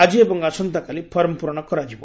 ଆଜି ଏବଂ ଆସନ୍ତାକାଲି ଫର୍ମ ପ୍ରରଣ କରାଯିବ